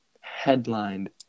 headlined